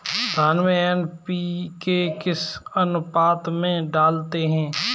धान में एन.पी.के किस अनुपात में डालते हैं?